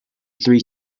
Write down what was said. three